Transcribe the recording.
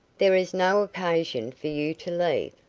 there is no occasion for you to leave.